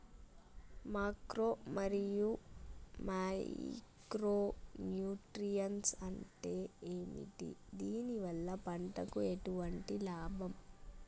Macro మరియు micro nutrients అంటే ఏమిటి? దీనివల్ల పంటకు ఎటువంటి లాభం?